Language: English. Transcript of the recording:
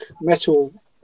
metal